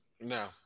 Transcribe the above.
No